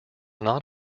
not